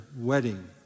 wedding